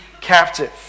captive